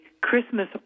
Christmas